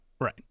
Right